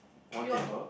we got two